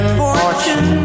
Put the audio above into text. fortune